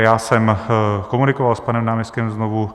Já jsem komunikoval s panem náměstkem znovu.